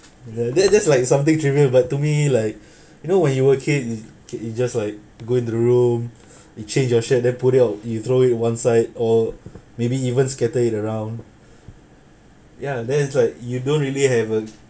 uh that that's like something trivial but to me like you know when you were a kid you just like go into the room you change your shirt then put it on you throwing on one side or maybe even scatter it around ya then it's like you don't really have a